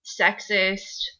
sexist